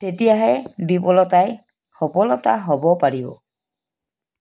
তেতিয়াহে বিফলতাই সফলতা হ'ব পাৰিব